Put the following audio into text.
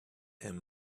him